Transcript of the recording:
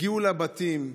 הגיעו לבתים,